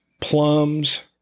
plums